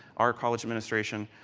our college administration,